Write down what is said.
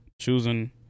Choosing